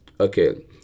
Okay